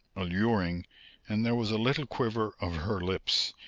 alluring and there was a little quiver of her lips,